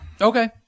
Okay